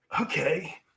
Okay